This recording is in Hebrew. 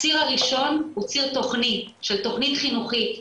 הציר הראשון הוא ציר תוכנית של תוכנית חינוכית,